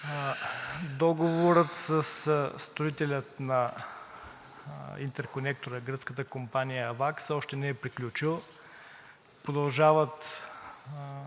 Договорът със строителя на интерконектора – гръцката компания „Авакс“, още не е приключил. Продължават